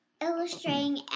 illustrating